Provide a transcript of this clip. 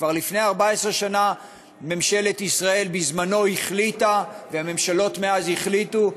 כבר לפני 14 שנה ממשלת ישראל בזמנה החליטה והממשלות מאז החליטו,